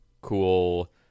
cool